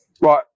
Right